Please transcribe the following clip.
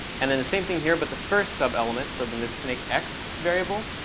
and then the same thing here, but the first subelement, so then this snakex variable.